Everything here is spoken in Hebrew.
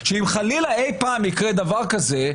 שאם חלילה אי פעם יקרה דבר כזה,